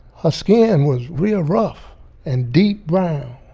her skin was real rough and deep brown.